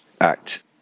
act